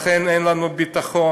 ולכן אין לנו ביטחון,